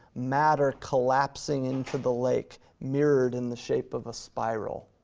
matter collapsing into the lake mirrored in the shape of a spiral.